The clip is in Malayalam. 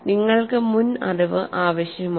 നിങ്ങൾക്ക് മുൻ അറിവ് ആവശ്യമാണ്